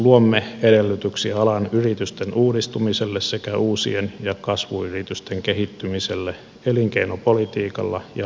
luomme edellytyksiä alan yritysten uudistumiselle sekä uusien ja kasvuyritysten kehittymiselle elinkeinopolitiikalla ja lainsäädännöllä